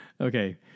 Okay